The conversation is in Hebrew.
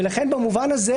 ולכן במובן הזה,